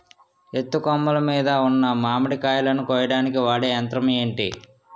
ఎత్తు కొమ్మలు మీద ఉన్న మామిడికాయలును కోయడానికి వాడే యంత్రం ఎంటి?